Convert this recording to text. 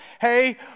hey